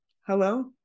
Hello